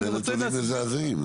זה נתונים מזעזעים.